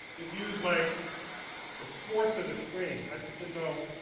it used like a fourth of the screen, i just didn't know.